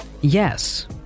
yes